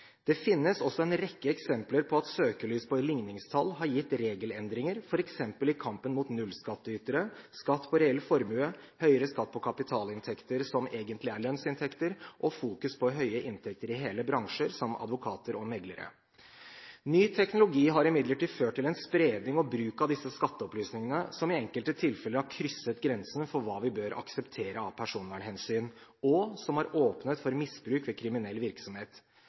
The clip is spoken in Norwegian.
Det finnes også en rekke eksempler på at søkelys på ligningstall har gitt regelendringer, f.eks. i kampen mot nullskattytere, skatt på reell formue, høyere skatt på kapitalinntekter som egentlig er lønnsinntekter, og fokus på høye inntekter i hele bransjer, som advokater og meglere. Ny teknologi har imidlertid ført til en spredning og bruk av disse skatteopplysningene, som i enkelte tilfeller har krysset grensen for hva vi bør akseptere av personvernhensyn, og som har åpnet for misbruk ved kriminell virksomhet.